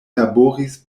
laboris